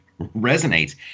resonates